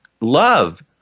love